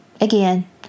again